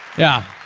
yeah,